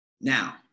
Now